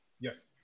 Yes